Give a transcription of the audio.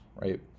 right